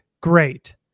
great